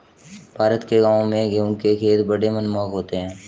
भारत के गांवों में गेहूं के खेत बड़े मनमोहक होते हैं